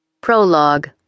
Prologue